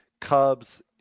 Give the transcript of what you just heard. Cubs